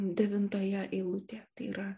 devintoje eilutėje tai yra